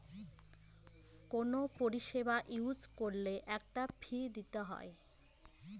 কোনো পরিষেবা ইউজ করলে একটা ফী দিতে হয়